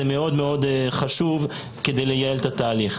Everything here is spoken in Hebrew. זה מאוד חשוב כדי לייעל את התהליך.